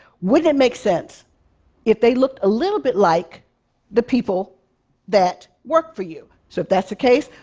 wouldn't it make sense if they looked a little bit like the people that work for you? so if that's the case,